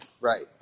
Right